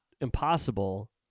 Impossible